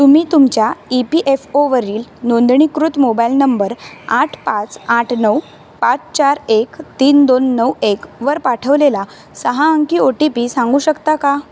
तुम्ही तुमच्या E P F ओवरील नोंदणीकृत मोबाईल नंबर आठ पाच आठ नऊ पाच चार एक तीन दोन नऊ एकवर पाठवलेला सहा अंकी ओ टी पी सांगू शकता का